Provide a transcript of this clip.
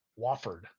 Wofford